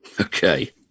Okay